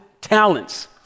talents